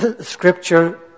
scripture